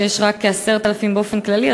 שיש רק כ-10,000 באופן כללי,